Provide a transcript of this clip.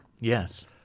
Yes